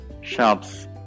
shops